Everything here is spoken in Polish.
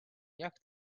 jak